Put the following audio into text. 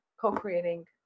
co-creating